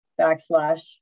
backslash